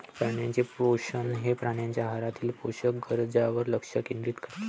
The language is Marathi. प्राण्यांचे पोषण हे प्राण्यांच्या आहारातील पोषक गरजांवर लक्ष केंद्रित करते